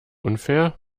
unfair